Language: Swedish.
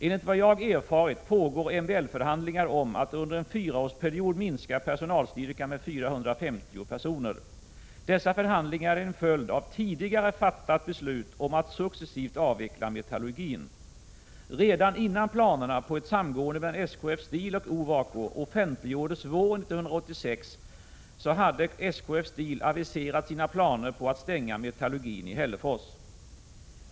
Enligt vad jag erfarit pågår MBL-förhandlingar om att under en fyraårsperiod minska personalstyrkan med 450 personer. Dessa förhandlingar är en följd av tidigare fattat beslut om att successivt avveckla metallurgin. Redan innan planerna på ett samgående mellan SKF Steel och Ovako offentliggjordes våren 1986, hade SKF Steel aviserat sina planer på att stänga metallurgin i Hällefors.